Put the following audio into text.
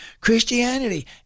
Christianity